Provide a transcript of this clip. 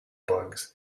bugs